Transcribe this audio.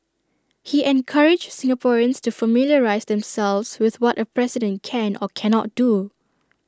he encouraged Singaporeans to familiarise themselves with what A president can or cannot do